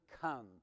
come